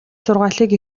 сургаалыг